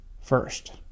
first